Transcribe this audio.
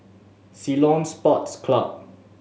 Ceylon Sports Club